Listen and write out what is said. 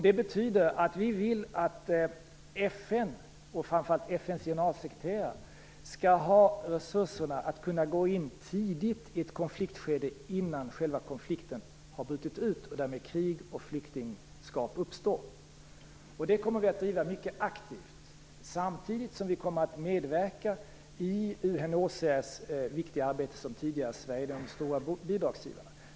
Det betyder att vi vill att FN, och framför allt FN:s generalsekreterare, skall ha resurser att kunna gå in tidigt i ett konfliktskede, innan själva konflikten har brutit och därmed krig och flyktingskap uppstått. Det kommer vi att driva mycket aktivt. Samtidigt kommer vi att medverka i UNHCR:s viktiga arbete, där tidigare Sverige hörde till de stora bidragsgivarna.